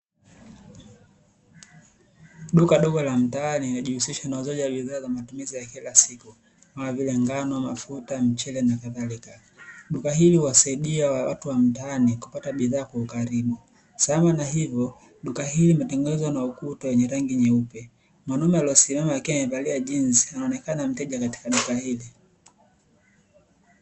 Duka dogo la mtaani linajihusisha na uuazaji wa bidhaa za matumizi ya kila siku kama vile ngano, mafuta, mchele na kadhalika duka hili wasaidia wa watu wa mtaani kupata bidhaa kwa ukaribu sambamba na hivyo duka hili limetangazwa na ukuta wenye rangi nyeupe, mwanaume aliyesimama lakini amevalia jinsi anaonekana mteja katika duka hili.